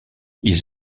ils